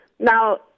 Now